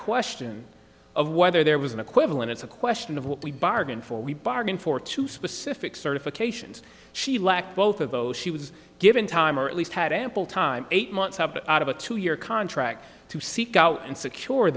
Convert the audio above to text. question of whether there was an equivalent it's a question of what we bargained for we bargained for two specific certifications she lacked both of those she was given time or at least had ample time eight months out of a two year contract to seek out and secure